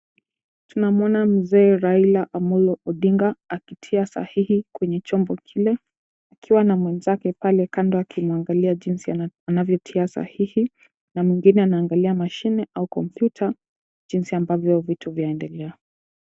Tunamwona mzee Raila Amolo Odinga akitia sahihi kwenye chombo kile akiwa na mwenzake pale kando akimwangalia jinsi anavyotia sahihi na mwingine anaangalia mashine au kompyuta jinsi ambavyo vitu vyaendelea.